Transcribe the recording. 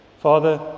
Father